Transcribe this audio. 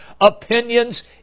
opinions